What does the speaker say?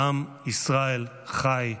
"עם ישראל חי".